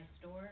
store